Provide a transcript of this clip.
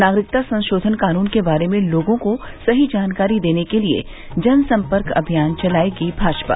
नागरिकता संशोधन कानून के बारे में लोगों को सही जानकारी देने के लिए जनसंपर्क अभियान चलायेगी भाजपा